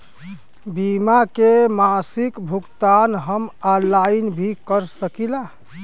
बीमा के मासिक भुगतान हम ऑनलाइन भी कर सकीला?